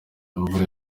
imvura